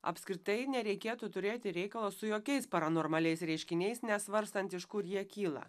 apskritai nereikėtų turėti reikalo su jokiais paranormaliais reiškiniais nesvarstant iš kur jie kyla